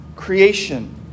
Creation